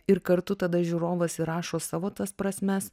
ir kartu tada žiūrovas įrašo savo tas prasmes